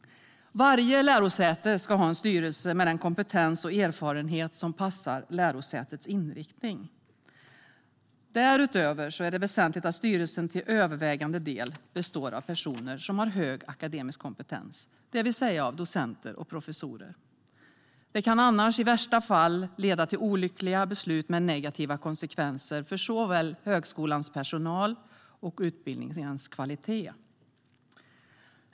Varje lärosäte ska ha en styrelse med den kompetens och erfarenhet som passar lärosätets inriktning. Därutöver är det väsentligt att styrelsen till övervägande del består av personer som har hög akademisk kompetens, det vill säga docenter och professorer. Det kan annars i värsta fall leda till olyckliga beslut med negativa konsekvenser för såväl högskolans personal som utbildningarnas kvalitet.